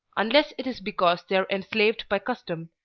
unless it is because they are enslaved by custom,